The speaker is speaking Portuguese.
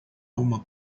uma